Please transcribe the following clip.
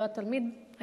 לא התלמיד,